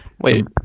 Wait